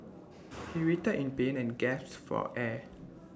he writhed in pain and gasped for air